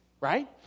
right